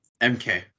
MK